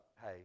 Hey